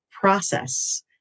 process